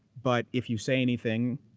but if you say anything,